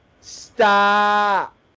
Stop